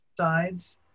sides